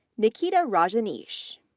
nikita rajaneesh,